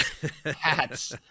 hats